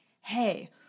hey